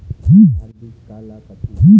आधार बीज का ला कथें?